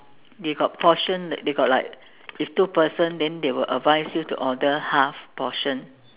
they got portion like they got like if two person then they will advise you to order half portion